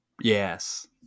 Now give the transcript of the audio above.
Yes